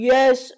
Yes